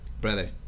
Brother